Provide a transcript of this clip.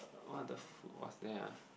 uh what are the food was there ah